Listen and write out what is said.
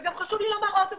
וגם חשוב לי לומר עוד דבר.